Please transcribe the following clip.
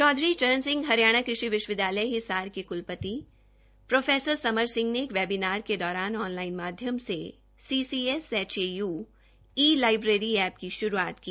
चौधरी चरण सिंह हरियाण कृषि विश्वविद्याय हिसार के कृलपति प्रो समर सिंह नेएक वेबीनार के दौर ऑन लाइन माध्यम से सीसीएसएचएयू ई लाइब्रेरी एप की शुरूआत की